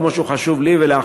כמו שהוא חשוב לי ולאחרים.